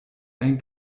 ein